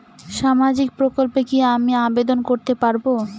সামাজিক প্রকল্পে কি আমি আবেদন করতে পারবো?